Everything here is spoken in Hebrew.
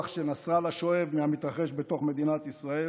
שנסראללה שואב מהמתרחש בתוך מדינת ישראל.